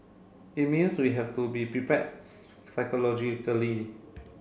it means we have to be prepared psychologically